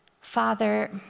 Father